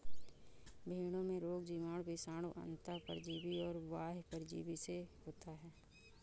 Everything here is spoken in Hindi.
भेंड़ों में रोग जीवाणु, विषाणु, अन्तः परजीवी और बाह्य परजीवी से होता है